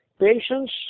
patients